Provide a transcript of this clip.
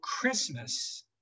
Christmas